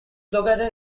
located